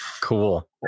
cool